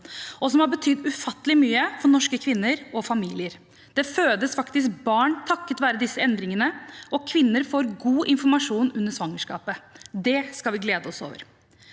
som har betydd ufattelig mye for norske kvinner og familier. Det fødes faktisk barn takket være disse endringene, og kvinner får god informasjon under svangerskapet. Det skal vi glede oss over.